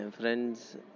friends